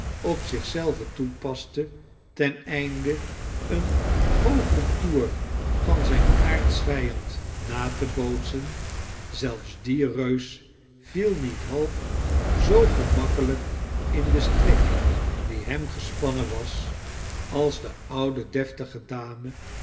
op zich zelven toepaste ten einde een goocheltoer van zijn aartsvijand na te bootsen zelfs die reus viel niet half zoo gemakkelijk in den strik die hem gespannen was als de oude deftige dame